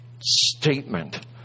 statement